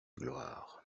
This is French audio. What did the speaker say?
gloire